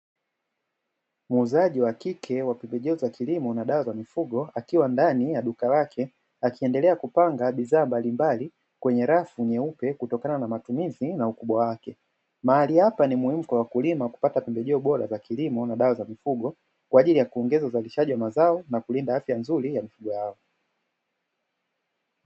Muuzaji wa kike wa dawa za mifugo na pembejeo za kilimo akiwa ndani la duka lake akiendelea kuppanga bidhaa mbalimbali kwenye rafu nyeupe kutokana na matumizi na ukubwa wake. Mahali hapa ni muhimu kwa wakulima na kupata pembejo bora za kilimo na dawa za mifugo kwajili ya kuongeza uzalishaji wa mazao na kulinda mifugo yao.